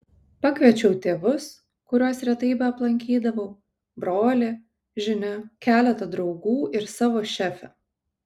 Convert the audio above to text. pakviečiau tėvus kuriuos retai beaplankydavau brolį žinia keletą draugų ir savo šefę